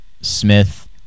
Smith